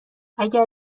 اگر